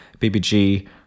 BBG